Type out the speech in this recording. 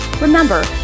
Remember